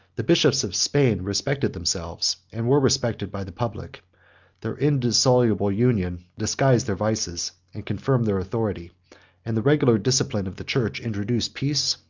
the bishops of spain respected themselves, and were respected by the public their indissoluble union disguised their vices, and confirmed their authority and the regular discipline of the church introduced peace,